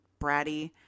bratty